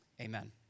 amen